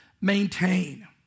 maintain